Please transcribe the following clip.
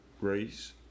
race